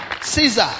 caesar